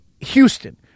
Houston